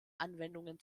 anwendungen